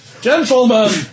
Gentlemen